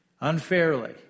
unfairly